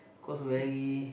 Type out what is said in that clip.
cause very